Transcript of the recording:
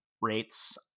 rates